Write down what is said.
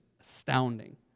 astounding